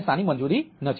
અને શાની મંજૂરી નથી